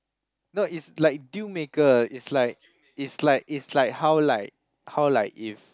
no it's like deal maker it's like it's like it's like how like how like if